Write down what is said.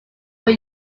were